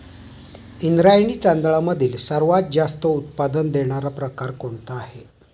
इंद्रायणी तांदळामधील सर्वात जास्त उत्पादन देणारा प्रकार कोणता आहे?